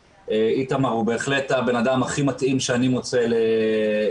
איתמר הוא בהחלט הבן-אדם הכי מתאים שאני מוצא לקדם